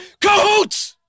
Cahoots